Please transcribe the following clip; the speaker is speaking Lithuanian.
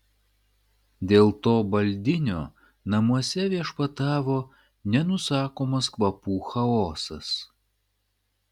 dėl to baldinio namuose viešpatavo nenusakomas kvapų chaosas